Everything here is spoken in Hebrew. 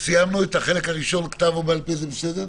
סיימנו את החלק הראשון בכתב או בעל פה, זה בסדר?